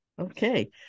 Okay